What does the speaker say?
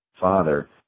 father